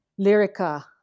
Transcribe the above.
Lyrica